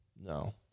No